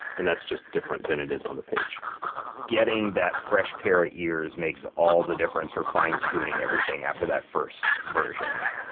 and that's just different than it is on the page getting that fresh pair of ears makes all the difference for fine tuning everything after that first version.